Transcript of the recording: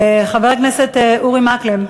חבר הכנסת אורי מקלב.